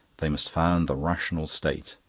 they must found the rational state.